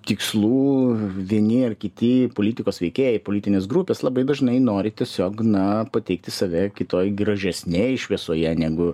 tikslų vieni ar kiti politikos veikėjai politinės grupės labai dažnai nori tiesiog na pateikti save kitoj gražesnėj šviesoje negu